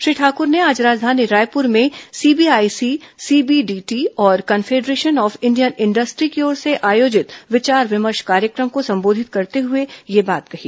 श्री ठाकुर ने आज राजधानी रायपुर में सीबीआईसी सीबीडीटी और कनफेडरेशन ऑफ इंडियन इंडस्ट्री की ओर से आयोजित विचार विमर्श कार्यक्रम को संबोधित करते हुए यह बात कही